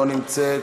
לא נמצאת,